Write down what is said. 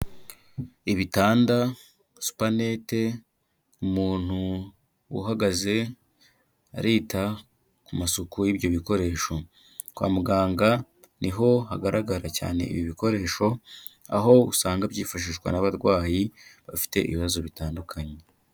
Ibitanda, supanete, umuntu uhagaze arita ku masuku y'ibyo bikoresho, kwa muganga ni ho hagaragara cyane ibi bikoresho, aho usanga byifashishwa n'abarwayi bafite ibibazo bitandukanye.